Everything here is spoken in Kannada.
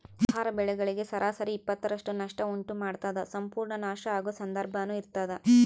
ಆಹಾರ ಬೆಳೆಗಳಿಗೆ ಸರಾಸರಿ ಇಪ್ಪತ್ತರಷ್ಟು ನಷ್ಟ ಉಂಟು ಮಾಡ್ತದ ಸಂಪೂರ್ಣ ನಾಶ ಆಗೊ ಸಂದರ್ಭನೂ ಇರ್ತದ